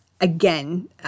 Again